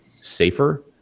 safer